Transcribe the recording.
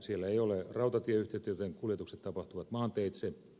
siellä ei ole rautatieyhteyttä joten kuljetukset tapahtuvat maanteitse